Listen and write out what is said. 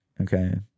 okay